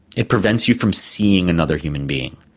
it prevents you from seeing another human being.